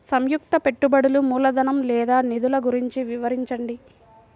సంయుక్త పెట్టుబడులు మూలధనం లేదా నిధులు గురించి వివరించండి?